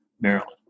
Maryland